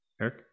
Eric